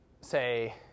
say